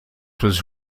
was